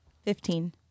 Fifteen